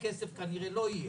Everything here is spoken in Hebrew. שכסף כנראה לא יהיה.